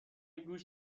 گوش